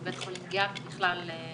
עם בית חולים גהה ובכלל עם